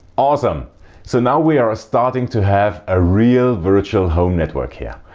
awesome so now we are starting to have a real virtual home network here.